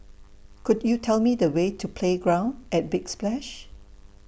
Could YOU Tell Me The Way to Playground At Big Splash